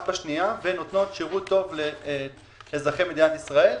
בשנייה ונותנות שירות טוב לאזרחי מדינת ישראל.